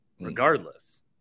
regardless